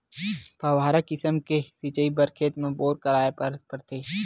फव्हारा किसम के सिचई बर खेत म बोर कराए बर परथे